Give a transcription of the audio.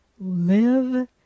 live